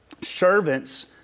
Servants